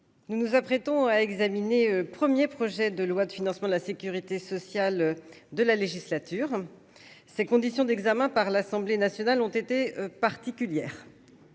nous nous apprêtons à examiner 1er projet de loi de financement de la Sécurité sociale de la législature, ces conditions d'examen par l'Assemblée nationale ont été particulières,